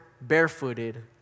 barefooted